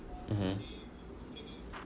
mmhmm